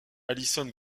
alison